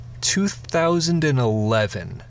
2011